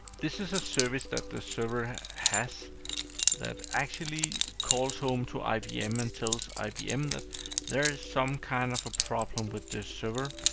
this is a service that the server has that actually calls home to ibm and tells ibm that there is some kind of a problem with this server.